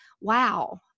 wow